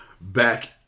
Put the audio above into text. back